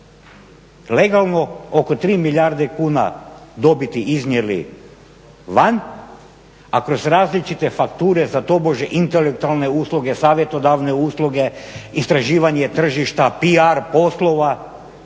Legalno oko 3 milijardi kuna dobiti iznijeli van, a kroz različite fakture za tobožnje intelektualne usluge, savjetodavne usluge, istraživanje tržišta PR poslova